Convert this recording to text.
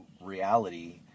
reality